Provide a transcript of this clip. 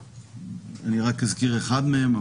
אני רק אזכיר אחד מהם,